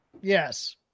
Yes